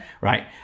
right